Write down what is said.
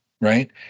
right